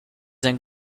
and